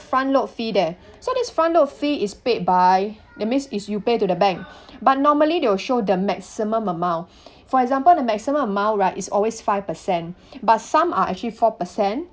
front load fee there so this front load fee is paid by that means is you pay to the bank but normally they will show the maximum amount for example the maximum amount right is always five percent but some are actually four percent